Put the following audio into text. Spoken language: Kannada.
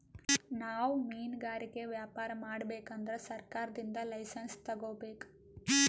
ನಾವ್ ಮಿನ್ಗಾರಿಕೆ ವ್ಯಾಪಾರ್ ಮಾಡ್ಬೇಕ್ ಅಂದ್ರ ಸರ್ಕಾರದಿಂದ್ ಲೈಸನ್ಸ್ ತಗೋಬೇಕ್